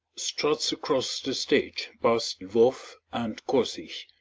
struts across the stage past lvoff and kosich.